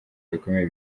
bikomeye